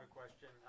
question